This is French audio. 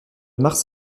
mars